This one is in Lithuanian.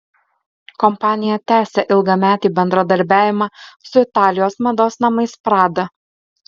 kompanija tęsia ilgametį bendradarbiavimą su italijos mados namais prada